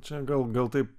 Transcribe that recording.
čia gal gal taip